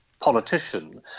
politician